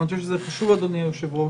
אדוני היושב-ראש,